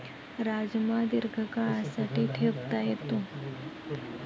राजमा दीर्घकाळासाठी ठेवता येतो